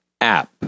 app